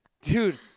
dude